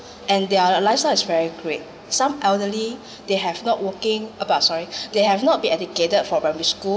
and their lifestyle is very great some elderly they have not working about sorry they have not been educated for primary school